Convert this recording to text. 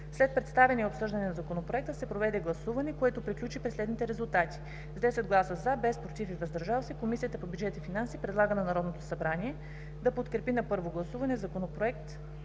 След представяне и обсъждане на Законопроекта се проведе гласуване, което приключи при следните резултати: с 10 гласа „за“, без „против“ и „въздържали се“, Комисията по бюджет и финанси предлага на Народното събрание да подкрепи на първо гласуване Законопроект